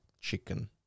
chicken